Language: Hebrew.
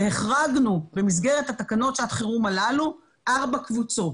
והחרגנו במסגרת תקנות שעת החירום הללו ארבע קבוצות